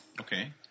Okay